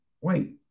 wait